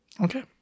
okay